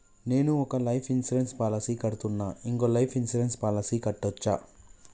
నేను ఒక life insurance policy కడ్తున్నా, ఇంకో లైఫ్ ఇన్సూరెన్స్ పాలసీ కట్టొచ్చా?